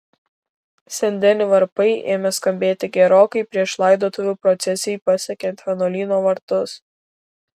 sen deni varpai ėmė skambėti gerokai prieš laidotuvių procesijai pasiekiant vienuolyno vartus